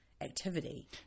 activity